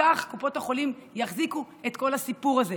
וכך קופות החולים יחזיקו את כל הסיפור הזה,